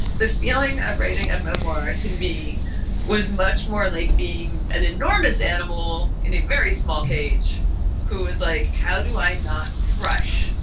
the feeling of writing a memoir. to me was much more like being an enormous animal in a very small cage who is like, how do i not crush